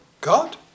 God